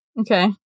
Okay